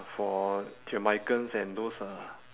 for jamaicans and those uh